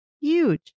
Huge